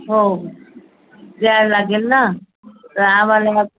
हो यावं लागेल ना तर आम्हाला